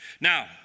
Now